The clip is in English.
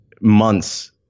months